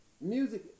Music